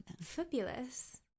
Fabulous